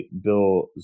Bill